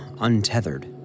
untethered